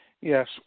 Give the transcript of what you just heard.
Yes